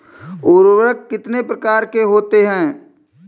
उर्वरक कितने प्रकार के होते हैं?